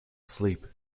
sleep